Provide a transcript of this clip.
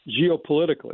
geopolitically